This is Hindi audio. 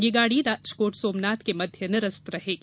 यह गाड़ी राजकोट सोमनाथ के मध्य निरस्त रहेगी